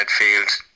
midfield